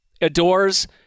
adores